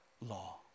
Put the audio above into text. law